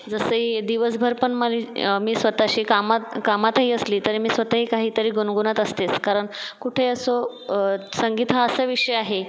जसे दिवसभर पण मली मी स्वतःशी कामात कामातही असली तरी मी स्वतःही काहीतरी गुणगुणत असतेच कारण कुठेही असो संगीत हा असा विषय आहे